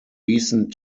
recent